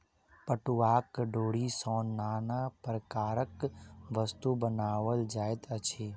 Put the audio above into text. पटुआक डोरी सॅ नाना प्रकारक वस्तु बनाओल जाइत अछि